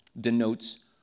denotes